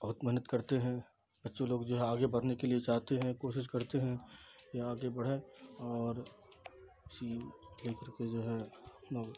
بہت محنت کرتے ہیں بچے لوگ جو ہے آگے بڑھنے کے لیے چاہتے ہیں کوشش کرتے ہیں کہ آگے بڑھیں اور اسی لے کر کے جو ہے